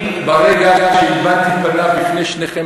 ברגע שהלבנתי פניו בפני שניכם,